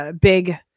big